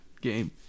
game